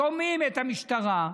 ושומעים את המשטרה,